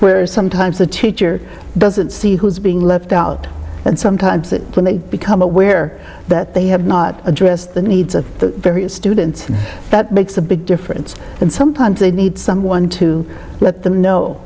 where sometimes the teacher doesn't see who's being left out and sometimes when they become aware that they have not addressed the needs of the students that makes a big difference and sometimes they need someone to let them know